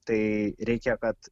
tai reikia kad